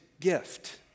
gift